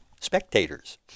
spectators